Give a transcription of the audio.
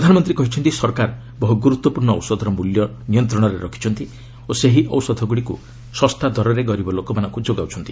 ପ୍ରଧାନମନ୍ତ୍ରୀ କହିଛନ୍ତି ସରକାରୀ ବହୁ ଗୁରୁତ୍ୱପୂର୍ଣ୍ଣ ଔଷଧର ମୂଲ୍ୟ ନିୟନ୍ତ୍ରଣରେ ରଖିଛନ୍ତି ଓ ସେହି ଔଷଧଗ୍ରଡିକ୍ ଶସ୍ତା ଦରରେ ଗରିବ ଲୋକମାନଙ୍କୁ ଯୋଗାଉଛନ୍ତି